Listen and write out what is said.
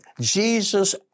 Jesus